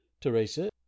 teresa